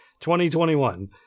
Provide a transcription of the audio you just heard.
2021